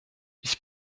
ich